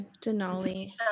Denali